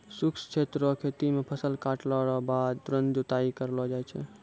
शुष्क क्षेत्र रो खेती मे फसल काटला रो बाद तुरंत जुताई करलो जाय छै